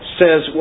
says